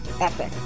epic